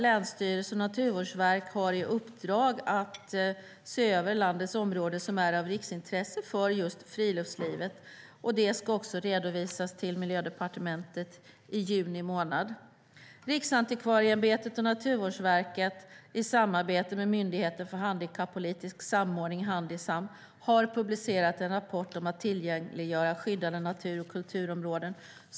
Länsstyrelser och Naturvårdsverket har i uppdrag att se över landets områden som är av riksintresse för just friluftslivet. Det ska också redovisas till Miljödepartementet i juni månad. Riksantikvarieämbetet och Naturvårdsverket i samarbete med Myndigheten för handikappolitisk samordning, Handisam, har publicerat en rapport om att tillgängliggöra skyddade natur och kulturområden.